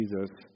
Jesus